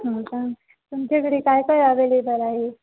हो का तुमच्याकडे काय काय अवेलेबल आहे